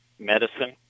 medicine